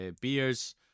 beers